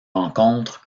encontre